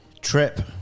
Trip